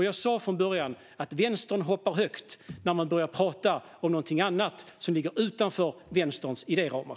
Jag sa från början att Vänstern hoppar högt när man börjar tala om något som ligger utanför Vänsterns idéramar.